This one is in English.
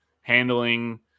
handling